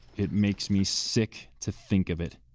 it makes me sick to think of it.